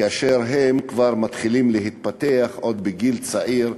כאשר הם כבר מתחילים להתפתח, עוד בגיל צעיר,